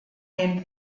den